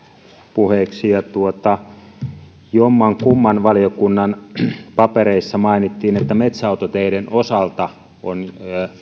puheeksi ja jommankumman valiokunnan papereissa mainittiin että metsäautoteiden osalta on